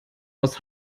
aus